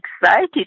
excited